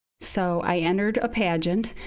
so i entered a pageant.